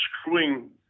screwing